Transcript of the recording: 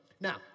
Now